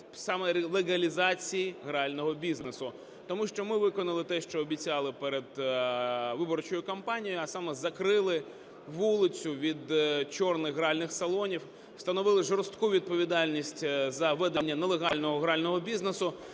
саме легалізації грального бізнесу. Тому що ми виконали те, що обіцяли перед виборчою кампаніє, а саме – закрили вулицю від "чорних" гральних салонів, встановили жорстку відповідальність за ведення нелегального грального бізнесу